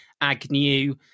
Agnew